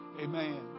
Amen